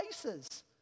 places